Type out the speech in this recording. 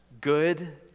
good